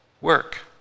work